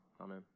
amen